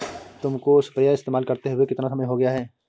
तुमको स्प्रेयर इस्तेमाल करते हुआ कितना समय हो गया है?